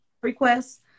requests